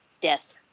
death